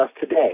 today